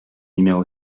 numéro